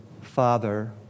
father